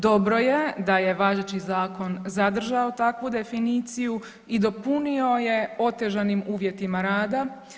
Dobro je da je važeći zakon zadržao takvu definiciju i dopunio je otežanim uvjetima rada.